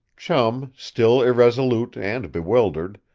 chum, still irresolute and bewildered,